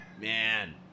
man